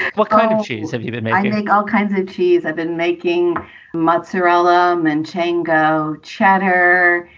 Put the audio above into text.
what kind of cheese have you been? i make all kinds of cheese. i've been making mozzarella um and shango chatter.